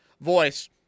voice